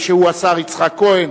שהוא השר יצחק כהן,